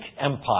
Empire